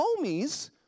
homies